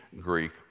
Greek